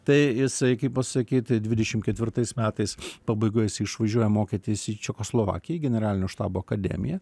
tai jisai kaip pasakyti dvidešim ketvirtais metais pabaigoje jisai išvažiuoja mokytis į čekoslovakiją generalinio štabo akademiją